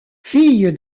fille